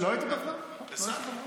לא הייתי בזמן, לא היית בזמן.